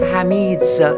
Hamid's